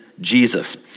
Jesus